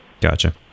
Gotcha